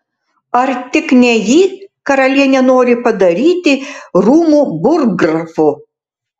ar tik ne jį karalienė nori padaryti rūmų burggrafu